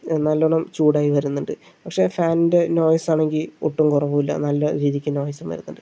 നല്ലോണം ചൂടായി വരുന്നുണ്ട് പക്ഷേ ഫാനിന്റെ നോയിസ് ആണെങ്കിൽ ഒട്ടും കുറവുമില്ല നല്ല രീതിയ്ക്ക് നോയിസും വരുന്നുണ്ട്